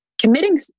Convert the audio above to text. committing